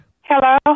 hello